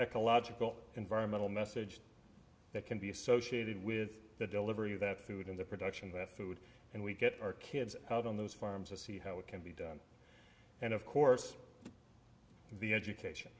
ecological environmental message that can be associated with the delivery of that food and the production of that food and we get our kids out on those farms to see how it can be done and of course the education